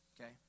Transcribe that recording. Okay